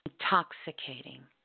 intoxicating